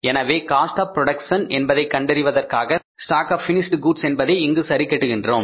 எனவே cost of production என்பதை கண்டறிவதற்காக ஸ்டாக் ஆப் பினிஸ்ட் கூட்ஸை இங்கு சரிகட்டுகின்றோம்